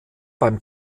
beim